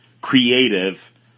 creative